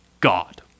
God